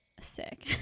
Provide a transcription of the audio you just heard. sick